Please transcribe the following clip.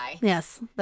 Yes